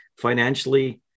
financially